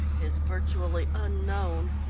is virtually unknown.